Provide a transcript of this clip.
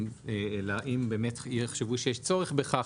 אם באמת יחשבו שיש צורך בכך,